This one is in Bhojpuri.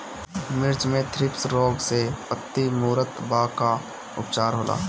मिर्च मे थ्रिप्स रोग से पत्ती मूरत बा का उपचार होला?